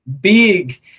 big